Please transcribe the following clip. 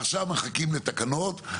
עכשיו מחקים לתקנות,